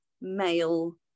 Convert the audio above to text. male